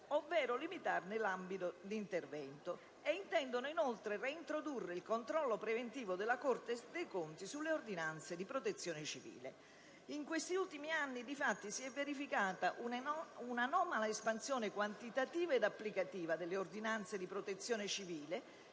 ovvero limitarne l'ambito di intervento. Inoltre, esse intendono reintrodurre il controllo preventivo della Corte dei conti sulle ordinanza di protezione civile. Infatti, negli ultimi anni si è verificata un'anomala espansione quantitativa ed applicativa delle ordinanze di protezione civile